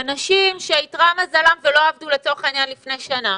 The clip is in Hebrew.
אנשים שאיתרע מזלם ולא עבדו לצורך העניין לפני שנה,